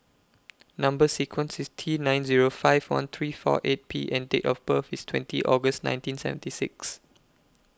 Number sequence IS T nine Zero five one three four eight P and Date of birth IS twenty August nineteen seventy six